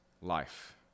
life